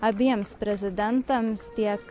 abiems prezidentams tiek